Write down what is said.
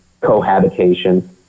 cohabitation